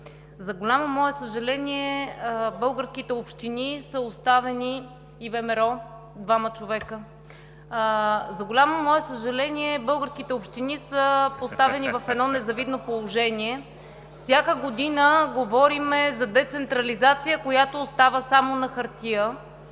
За голямо мое съжаление българските общини са поставени в едно незавидно положение. Всяка година говорим за децентрализация, която остава само на хартия,